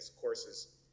courses